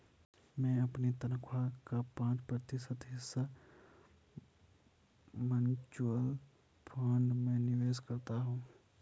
मैं अपनी तनख्वाह का पाँच प्रतिशत हिस्सा म्यूचुअल फंड में निवेश करता हूँ